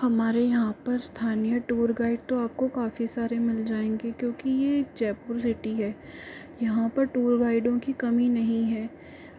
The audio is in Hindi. हमारे यहाँ पर स्थानीय टूर गाइड तो आपको काफ़ी सारे मिल जाएंगे क्योंकि यह जयपुर सिटी है यहाँ पर टूर गाइडों की कमी नहीं है